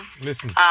Listen